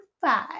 five